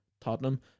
Tottenham